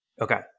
okay